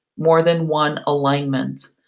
more than one alignment,